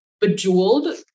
Bejeweled